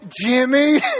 Jimmy